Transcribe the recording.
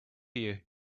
you